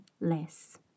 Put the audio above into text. less